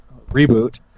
reboot